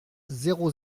zéro